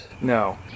no